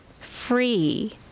free